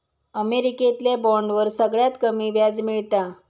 अमेरिकेतल्या बॉन्डवर सगळ्यात कमी व्याज मिळता